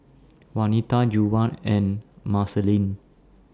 Wanita Juwan and Marceline